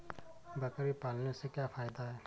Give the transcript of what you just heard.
बकरी पालने से क्या फायदा है?